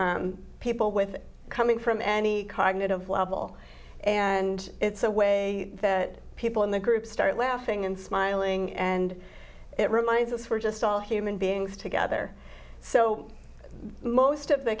people with coming from any cognitive level and it's a way that people in the group start laughing and smiling and it reminds us we're just all human beings together so most of the